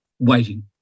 waiting